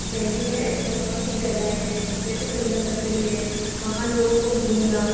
دہلی میں ایسی بہت سی جگہیں ہیں جیسے سُندر نرسری ہے وہاں لوگوں کو گھومنا